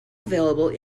available